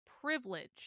privilege